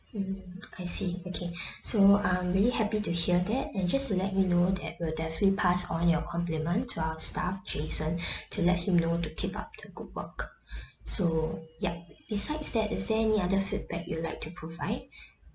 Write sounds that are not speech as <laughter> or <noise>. mm I see okay <breath> so I'm really happy to hear that and just to let you know that will definitely pass on your compliment to our staff jason <breath> to let him know to keep up the good work <breath> so yup besides that is there any other feedback you'd like to provide